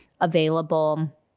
available